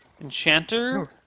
enchanter